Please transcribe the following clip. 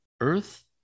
Earth